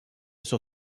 sur